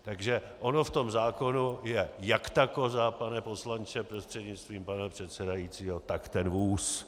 Takže ona v tom zákonu je jak ta koza, pane poslanče prostřednictvím pana předsedajícího, tak ten vůz.